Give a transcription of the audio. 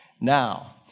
Now